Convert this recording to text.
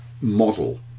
model